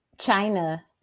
china